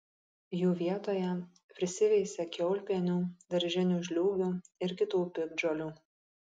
jų vietoje prisiveisia kiaulpienių daržinių žliūgių ir kitų piktžolių